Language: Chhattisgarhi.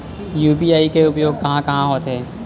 यू.पी.आई के उपयोग कहां कहा होथे?